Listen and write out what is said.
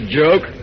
joke